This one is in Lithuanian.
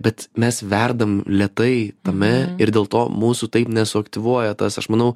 bet mes verdam lėtai tame ir dėl to mūsų taip nesuaktyvuoja tas aš manau